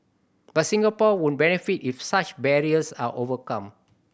but Singapore would benefit if such barriers are overcome